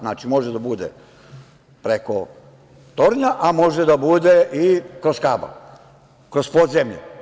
Znači, može da bude preko tornja, a može da bude i kroz kabal, kroz podzemlje.